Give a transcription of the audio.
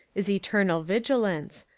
is eternal vigilance,